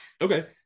okay